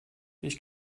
ich